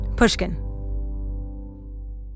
Pushkin